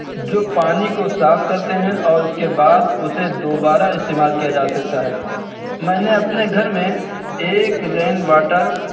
جو پانی کو صاف کرتے ہیں اور اس کے بعد اسے دوبارہ استعمال کیا جا سکتا ہے میں نے اپنے گھر میں ایک رین واٹر